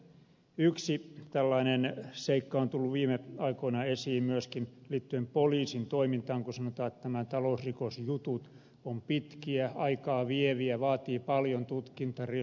yksi tällainen seikka on tullut viime aikoina esiin myöskin liittyen poliisin toimintaan kun sanotaan että nämä talousrikosjutut ovat pitkiä aikaa vieviä vaativat paljon tutkintaresursseja